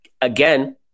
Again